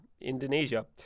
Indonesia